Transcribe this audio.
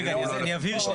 רגע, אני אבהיר שנייה.